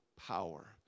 power